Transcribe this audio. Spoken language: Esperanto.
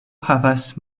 havas